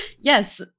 Yes